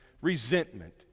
Resentment